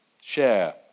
share